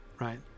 right